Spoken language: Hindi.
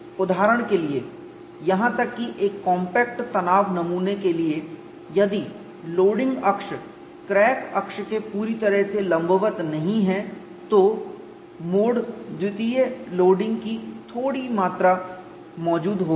उदाहरण के लिए यहां तक कि एक कॉम्पैक्ट तनाव नमूना के लिए यदि लोडिंग अक्ष क्रैक अक्ष के पूरी तरह से लंबवत नहीं है तो मोड II लोडिंग की थोड़ी मात्रा मौजूद होगी